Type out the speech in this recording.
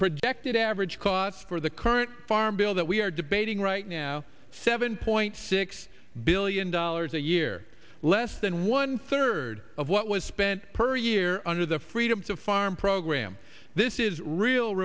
projected average cost for the current farm bill that we are debating right now seven point six billion dollars a year less than one third of what was spent per year under the freedom to farm program this is real